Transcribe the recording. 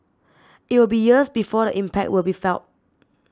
it will be years before the impact will be felt